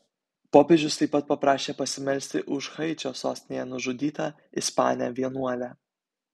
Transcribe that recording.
popiežius taip pat paprašė pasimelsti už haičio sostinėje nužudytą ispanę vienuolę